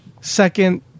second